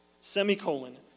Semicolon